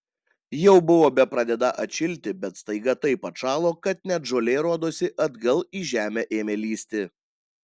jau buvo bepradedą atšilti bet staiga taip atšalo kad net žolė rodosi atgal į žemę ėmė lįsti